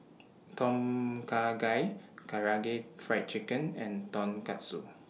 Tom Kha Gai Karaage Fried Chicken and Tonkatsu